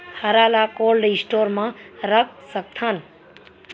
हरा ल cold store म रख सकथन?